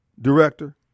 director